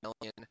million